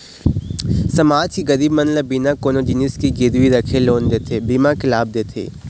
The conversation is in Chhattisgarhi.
समाज के गरीब मन ल बिना कोनो जिनिस के गिरवी रखे लोन देथे, बीमा के लाभ देथे